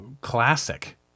classic